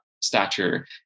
stature